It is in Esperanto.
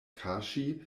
kaŝi